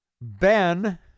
Ben